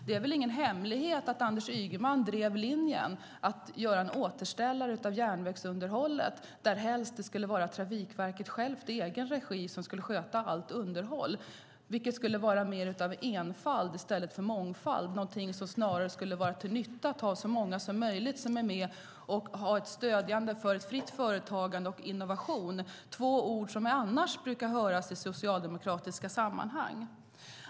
Det är väl ingen hemlighet att Anders Ygeman drev linjen att göra en återställare av järnvägsunderhållet där Trafikverket helst skulle sköta allt underhåll i egen regi. Det skulle ha varit mer av enfald än av mångfald. Det vore snarare till nytta att ha med så många som möjligt samt stödja fritt företagande och innovation, två ord som annars brukar höras i socialdemokratiska sammanhang.